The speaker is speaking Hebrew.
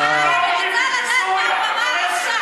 (אומר בערבית: תתביישי לך.